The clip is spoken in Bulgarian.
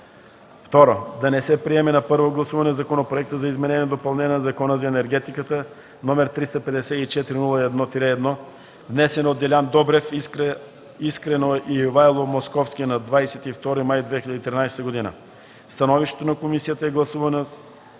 2. Да не се приеме на първо гласуване Законопроекта за изменение и допълнение на Закона за енергетиката, № 354-01-1, внесен от Делян Добрев, Искра Искренова и Ивайло Московски на 22 май 2013 г. Становището на комисията е гласувано